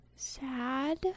Sad